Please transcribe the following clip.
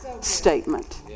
statement